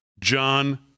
John